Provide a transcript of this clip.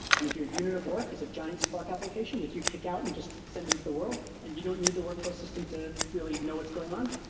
and if your unit of work is a giant spark application that you kick out and just send them to the world and you don't need the workflow system to really know what's going on,